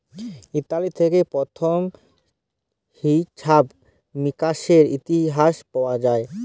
Italy থেক্যে প্রথম হিছাব মিকাশের ইতিহাস পাওয়া যায়